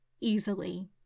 easily